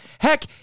Heck